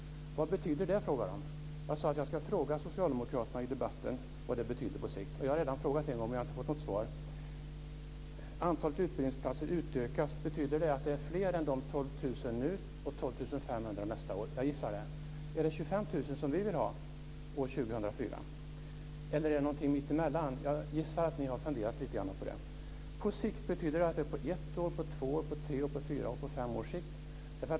Vad betyder det? frågade de. Jag sade att jag skulle fråga socialdemokraterna i debatten vad det betyder på sikt. Jag har redan frågat en gång, men jag har inte fått något svar. Att antalet utbildningsplatser utökas, betyder det att det blir fler än de 12 000 nu och de 12 500 nästa år? Jag gissar att det är så. Blir det 25 000, som vi vill ha, år 2004, eller blir det någonting mitt emellan? Jag gissar att ni har funderat lite grann på det. Betyder på sikt att det är på ett, två, tre, fyra och fem års sikt?